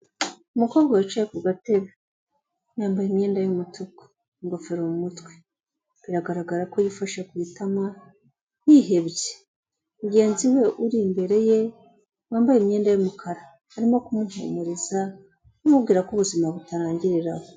Umukobwa wicaye ku gatebe, yambaye imyenda y'umutuku ingofero mu mutwe, biragaragara ko yifashe ku itama yihebye, mugenzi we uri imbere ye wambaye imyenda y'umukara arimo kumuhumuriza, amubwira ko ubuzima butarangirira aho.